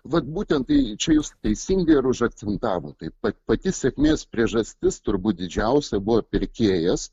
vat būtent čia jūs teisingai ir užakcentavo taip pat pati sėkmės priežastis turbūt didžiausią buvo pirkėjas